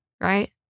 right